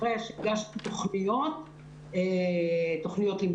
אחרי שהגשנו תוכניות לימודיות,